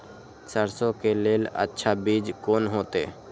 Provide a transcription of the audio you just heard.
सरसों के लेल अच्छा बीज कोन होते?